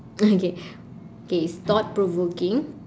okay okay it's thought provoking